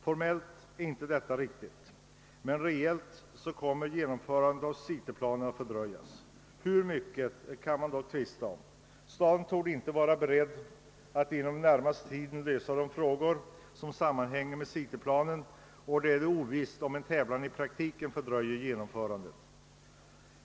Formellt sett är detta inte riktigt, men reellt kommer genomförandet av cityplanen att fördröjas — hur mycket kan man dock tvista om. Staden torde inte vara beredd att inom den närmaste tiden lösa de problem som sammanhänger med cityplanen, och det är ovisst om en tävling i praktiken fördröjer genomförandet.